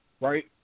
right